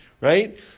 Right